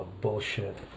bullshit